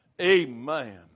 Amen